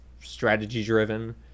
strategy-driven